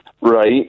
Right